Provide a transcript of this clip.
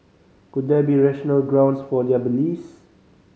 could there be rational grounds for their beliefs